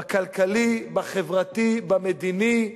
בכלכלי, בחברתי, במדיני.